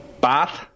Bath